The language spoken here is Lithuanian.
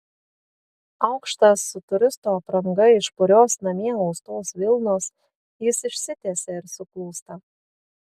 aukštas su turisto apranga iš purios namie austos vilnos jis išsitiesia ir suklūsta